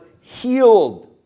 healed